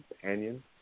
companion